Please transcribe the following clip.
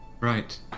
Right